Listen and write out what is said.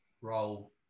role